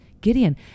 Gideon